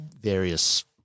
Various